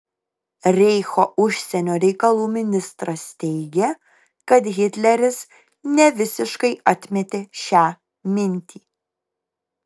reicho užsienio reikalų ministras teigė kad hitleris nevisiškai atmetė šią mintį